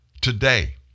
Today